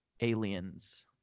Aliens